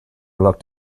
looked